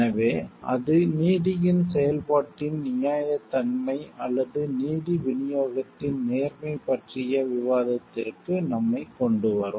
எனவே அது நீதியின் செயல்பாட்டின் நியாயத்தன்மை அல்லது நீதி விநியோகத்தின் நேர்மை பற்றிய விவாதத்திற்கு நம்மைக் கொண்டுவரும்